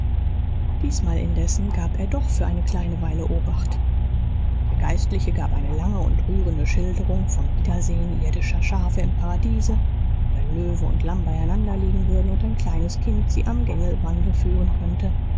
diesmal indessen gab er doch für eine kleine weile obacht der geistliche gab eine lange und rührende schilderung vom wiedersehen irdischer schafe im paradiese wenn löwe und lamm beieinander liegen würden und ein kleines kind sie am gängelbande führen könnte